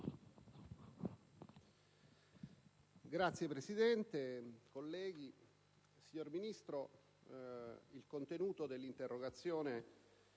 Signora Presidente, colleghi, signor Ministro, il contenuto dell'interrogazione,